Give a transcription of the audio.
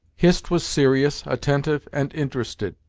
hist was serious, attentive and interested,